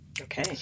Okay